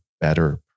better